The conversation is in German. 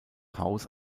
haus